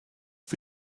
für